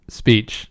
speech